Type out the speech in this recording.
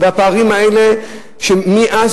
הפערים האלה מקטנות,